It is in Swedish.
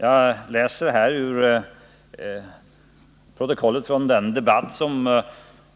Jag läser i protokollet från den debatt som